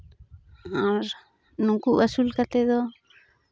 ᱟᱨ ᱱᱩᱱᱠᱩ ᱟᱹᱥᱩᱞ ᱠᱟᱛᱮ ᱫᱚ